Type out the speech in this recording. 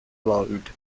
load